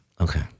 Okay